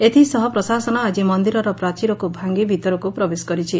ଏଥିସହ ପ୍ରଶାସନ ଆକି ମନ୍ଦିରର ପ୍ରାଚୀରକୁ ଭାଙ୍ଗି ଭିତରକୁ ପ୍ରବେଶ କରିଛି